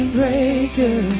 breaker